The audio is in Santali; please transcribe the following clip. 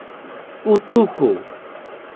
ᱩᱛᱩ ᱠᱚ